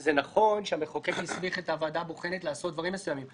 זה נכון שהמחוקק הסמיך את הוועדה הבוחנת לעשות דברים מסוימים,